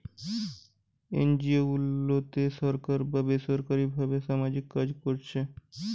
NGO গুলাতে সরকার বা বেসরকারী ভাবে সামাজিক কাজ কোরছে